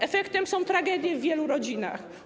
Efektem są tragedie w wielu rodzinach.